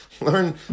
Learn